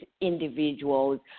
individuals